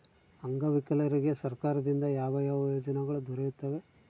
ಅಂಗವಿಕಲರಿಗೆ ಸರ್ಕಾರದಿಂದ ಯಾವ ಯಾವ ಯೋಜನೆಗಳು ದೊರೆಯುತ್ತವೆ?